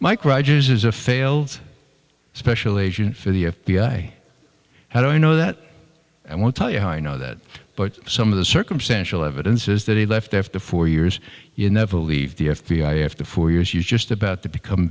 mike rogers is a failed special agent for the f b i how do you know that i won't tell you how i know that but some of the circumstantial evidence is that he left after four years you never leave the f b i after four years you just about to become